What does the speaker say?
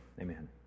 Amen